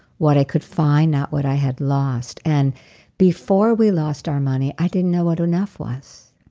what i could find, not what i had lost. and before we lost our money, i didn't know what enough was.